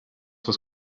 was